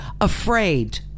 afraid